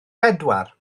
bedwar